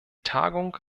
tagung